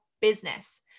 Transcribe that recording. business